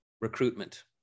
recruitment